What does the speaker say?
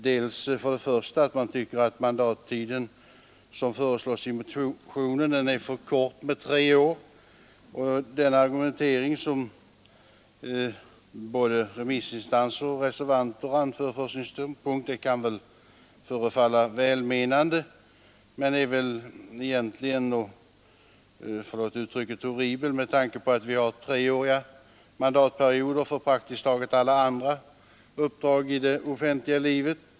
Man tycker för det första att den mandattid på tre år som föreslås i motionen är för kort. Den argumentering som både remissinstanser och reservanter anför för sin ståndpunkt kan förefalla välmenande men är väl egentligen horribel — förlåt uttrycket — med tanke på att vi har en treårig mandatperiod för praktiskt taget alla andra uppdrag i det offentliga livet.